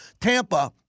Tampa